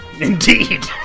Indeed